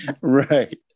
Right